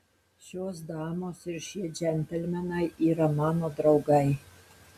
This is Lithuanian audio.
šios damos ir šie džentelmenai yra mano draugai